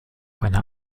einer